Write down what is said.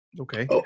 Okay